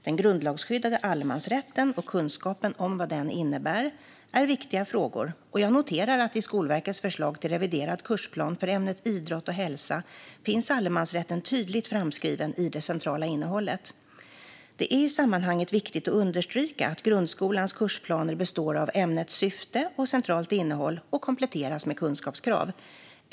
Den grundlagsskyddade allemansrätten och kunskapen om vad den innebär är viktiga frågor, och jag noterar att i Skolverkets förslag till reviderad kursplan för ämnet idrott och hälsa finns allemansrätten tydligt framskriven i det centrala innehållet. Det är i sammanhanget viktigt att understryka att grundskolans kursplaner består av ämnets syfte och centralt innehåll och kompletteras med kunskapskrav.